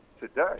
today